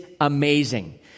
amazing